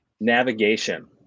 navigation